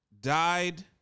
died